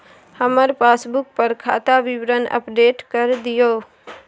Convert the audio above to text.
हमर पासबुक पर खाता विवरण अपडेट कर दियो